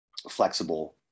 flexible